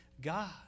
God